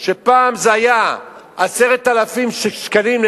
וכאן הוקמה גם ועדה לעניין הזה,